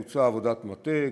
בוצעה עבודת מטה,